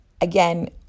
again